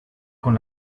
con